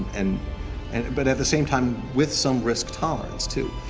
and and but at the same time with some risk tolerance too.